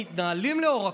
מה הם אמורים לעשות?